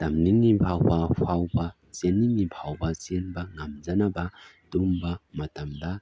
ꯇꯝꯅꯤꯡꯏꯕ ꯐꯥꯎꯕ ꯆꯦꯟꯅꯤꯡꯏ ꯐꯥꯎꯕ ꯆꯦꯟꯕ ꯉꯝꯖꯅꯕ ꯇꯨꯝꯕ ꯃꯇꯝꯗ